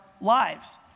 lives